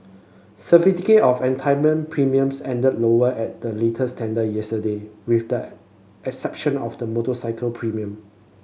certificate of entitlement premiums ended lower at the latest tender yesterday with the exception of the motorcycle premium